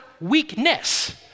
weakness